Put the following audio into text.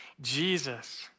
Jesus